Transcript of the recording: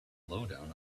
lowdown